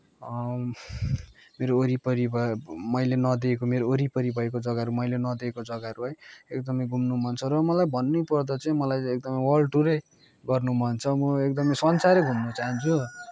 मेरो वरिपरि भयो मैले नदेखेको मेरो वरिपरि भएको जग्गाहरू मैले नदेखेको जग्गाहरू है एकदमै घुम्नु मन छ र मलाई भन्नु पर्दा चाहिँ मलाई एकदमै वर्ल्ड टुरै गर्नु मन छ म एकदमै संसारै घुम्न चाहन्छु